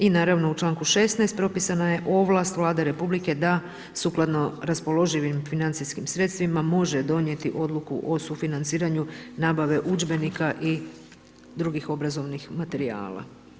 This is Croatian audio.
I naravno u članku 16. propisana je ovlast Vlade Republike da sukladno raspoloživim financijskim sredstvima, može donijeti odluku o sufinanciranju nabave udžbenika i drugih obrazovnih materijala.